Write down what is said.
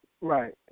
Right